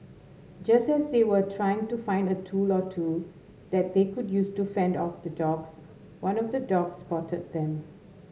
just as they were trying to find a tool or two that they could use to fend off the dogs one of the dogs spotted them